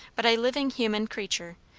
but a living human creature,